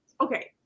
okay